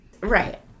right